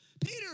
Peter